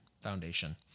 Foundation